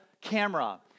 camera